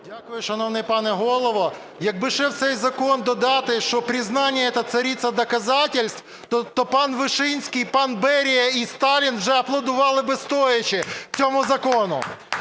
Дякую, шановний пане Голово. Якби ще в цей закон додати, що "признание – это царица доказательств", то пан Вишинський, пан Берія і Сталін вже аплодували би, стоячи, цьому закону.